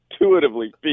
intuitively